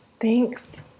Thanks